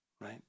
right